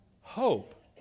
Hope